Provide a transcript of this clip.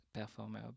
performer